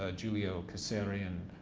ah julio cesaerian,